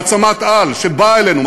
מעצמת-על שבאה אלינו,